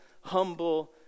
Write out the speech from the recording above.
humble